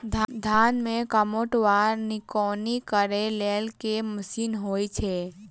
धान मे कमोट वा निकौनी करै लेल केँ मशीन होइ छै?